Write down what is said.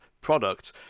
product